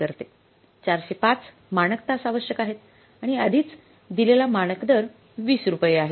405 मानक तास आवश्यक आहेत आणि आधीच दिलेला मानक दर 20 रुपये आहे